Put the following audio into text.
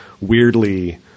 weirdly